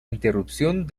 interrupción